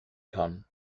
kann